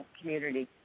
community